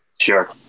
Sure